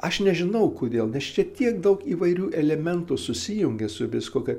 aš nežinau kodėl nes čia tiek daug įvairių elementų susijungė su viskuo kad